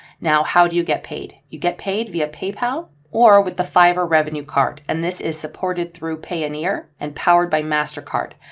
now how do you get paid you get paid via paypal or with the fiber revenue card and this is supported through payoneer and powered by mastercard.